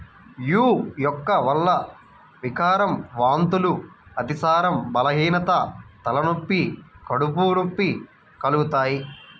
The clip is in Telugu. యీ మొక్క వల్ల వికారం, వాంతులు, అతిసారం, బలహీనత, తలనొప్పి, కడుపు నొప్పి కలుగుతయ్